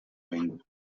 venda